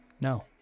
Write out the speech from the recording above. No